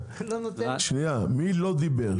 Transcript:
שנייה, מי לא דיבר.